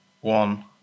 one